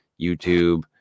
YouTube